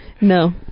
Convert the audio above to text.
No